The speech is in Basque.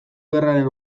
gerraren